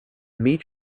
meat